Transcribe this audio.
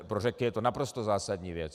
Pro Řeky je to naprosto zásadní věc.